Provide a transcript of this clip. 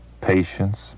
patience